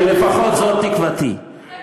לפחות זאת תקוותי.